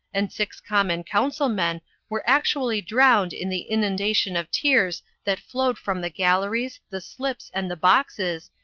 and six common councilmen were actually drowned in the inundation of tears that flowed from the galleries, the slips, and the boxes,